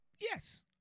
Yes